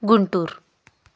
Guntur